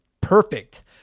perfect